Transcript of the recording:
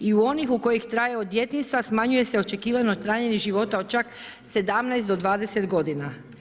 I u onih u kojih traje od djetinjstva smanjuje se očekivano trajanje života od čak 17 do 20 godina.